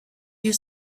your